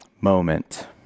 moment